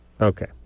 Okay